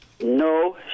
no